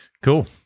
Cool